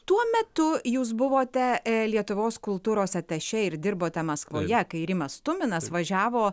tuo metu jūs buvote lietuvos kultūros atašė ir dirbote maskvoje kai rimas tuminas važiavo